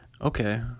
okay